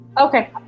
Okay